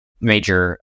major